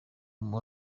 muntu